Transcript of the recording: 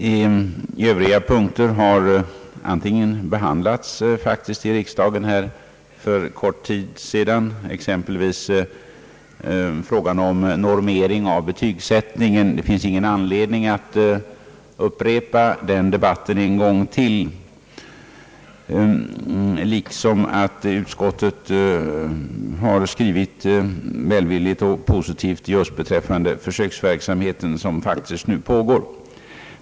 Flertalet punkter i motionen har behandlats i riksdagen för en kort tid sedan, exempelvis frågan om normering av betygsättningen — och det finns ingen anledning att upprepa den debatten en gång till. Vidare har utskottet skrivit välvilligt och positivt beträffande den försöksverksamhet som faktiskt nu pågår.